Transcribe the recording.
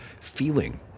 feeling